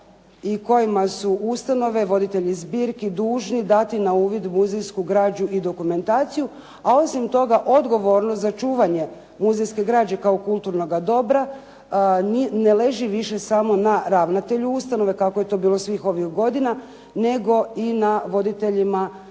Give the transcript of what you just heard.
i kojima su ustanove voditelji zbirki dužni dati na uvid muzejsku građu i dokumentaciju, a osim toga odgovornost za čuvanje muzejske građe kao kulturnoga dobra ne leži više samo na ravnatelju ustanove kako je to bilo svih ovih godina nego i na voditeljima zbirki